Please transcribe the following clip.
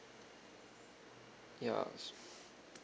ya